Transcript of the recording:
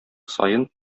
саен